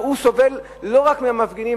והוא סובל לא רק מהמפגינים,